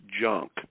junk